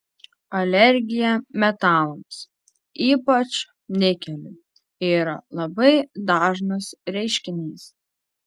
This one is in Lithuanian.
alergija metalams ypač nikeliui yra labai dažnas reiškinys